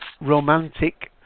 romantic